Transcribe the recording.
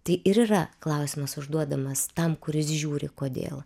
tai ir yra klausimas užduodamas tam kuris žiūri kodėl